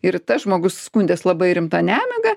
ir tas žmogus skundės labai rimta nemiga